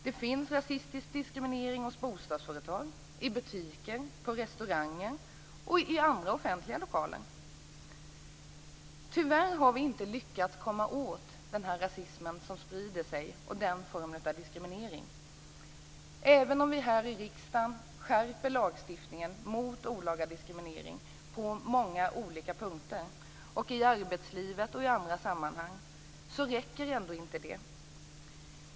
Det finns rasistisk diskriminering hos bostadsföretag, i butiker, på restauranger och i andra offentliga lokaler. Tyvärr har vi inte lyckats komma åt den här rasismen och den formen av diskriminering. Den sprider sig. Även om vi här i riksdagen skärper lagstiftningen mot olaga diskriminering på många olika punkter, både i arbetslivet och i andra sammanhang, räcker inte det.